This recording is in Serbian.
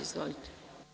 Izvolite.